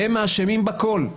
הם אשמים בכל.